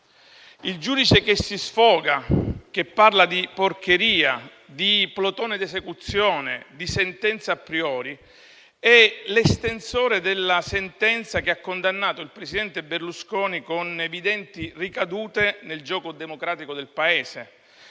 Il giudice che si sfoga, che parla di porcheria, di plotone di esecuzione e di sentenza *a priori* è l'estensore della sentenza che ha condannato il presidente Berlusconi, con evidenti ricadute nel gioco democratico del Paese,